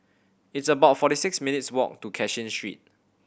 it's about forty six minutes' walk to Cashin Street